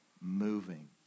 moving